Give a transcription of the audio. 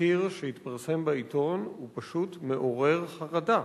התחקיר שהתפרסם בעיתון הוא פשוט מעורר חרדה.